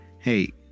hey